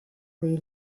dei